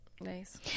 Nice